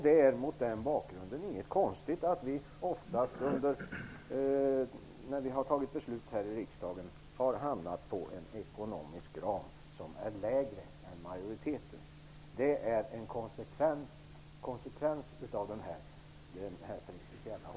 Det är mot den bakgrunden inte konstigt att vi, när vi har fattat beslut här i riksdagen, oftast har hamnat på en ekonomisk ram som är lägre än majoritetens. Det är en konsekvens av den här principiella hållningen.